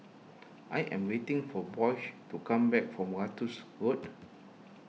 I am waiting for Boyce to come back from Ratus Road